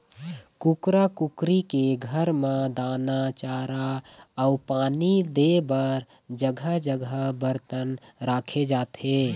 कुकरा कुकरी के घर म दाना, चारा अउ पानी दे बर जघा जघा बरतन राखे जाथे